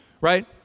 right